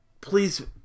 please